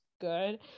good